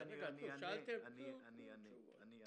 אענה.